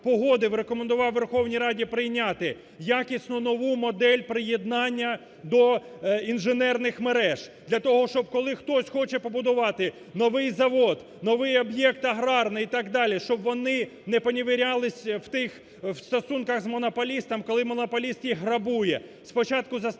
Верховній Раді прийняти якісно нову модель приєднання до інженерних мереж. Для того, щоб коли хтось хоче побудувати новий завод, новий об'єкт аграрний, і так далі, щоб він не поневірялись в тих стосунках з монополістом, коли монополіст їх грабує.